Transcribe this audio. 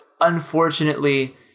unfortunately